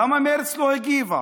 למה מרצ לא הגיבה?